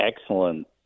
excellent